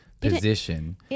position